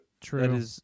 True